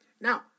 now